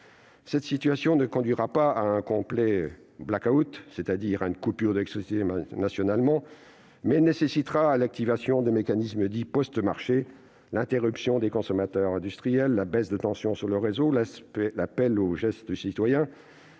Cette situation ne conduira pas à un complet blackout, c'est-à-dire à une coupure d'électricité à l'échelle nationale, mais elle nécessitera l'activation de mécanismes dits « post-marché », comme l'interruption des consommateurs industriels, la baisse de tension sur le réseau et l'appel aux gestes citoyens.